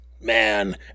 man